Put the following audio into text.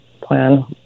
plan